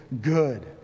good